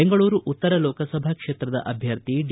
ಬೆಂಗಳೂರು ಉತ್ತರ ಲೋಕಸಭಾ ಕ್ಷೇತ್ರದ ಅಭ್ಯರ್ಥಿ ಡಿ